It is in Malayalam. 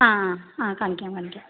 ആ ആ കാണിക്കാം കാണിക്കാം